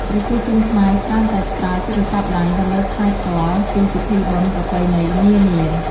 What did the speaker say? ប្រជាជនខ្មែរច្រើនតែប្រើទូរស័ព្ទដៃដើម្បីផ្សាយផ្ទាល់ ពីពិធីបុណ្យប្រពៃណីនានា។